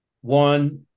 one